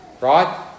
Right